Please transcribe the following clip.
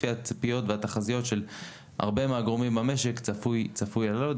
כך לפחות לפי הציפיות והתחזיות של הרבה מאוד מהגורמים במשק צפוי לעלות,